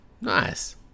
Nice